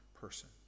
person